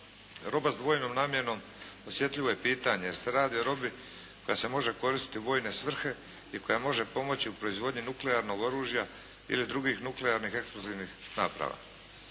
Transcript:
Roba s dvojnom namjenom osjetljivo je pitanje jer se radi o robi koja se može koristiti u vojne svrhe i koja može pomoći u proizvodnji nuklearnog oružja ili drugih nuklearnih eksplozivnih naprava.